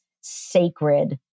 sacred